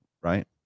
right